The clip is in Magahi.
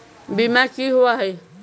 बीमा की होअ हई?